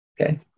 Okay